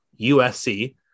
USC